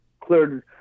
cleared